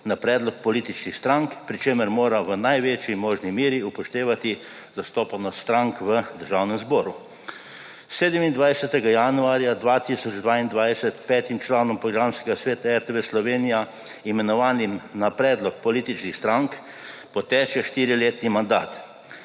na predlog političnih strank, pri čemer mora v največji možni meri upoštevati zastopanost strank v Državnem zboru. 27. januarja 2022 petim članom Programskega sveta RTV Slovenija, imenovanim na predlog političnih strank, poteče štiriletni mandat,